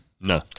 No